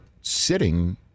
sitting